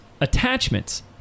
attachments